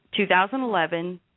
2011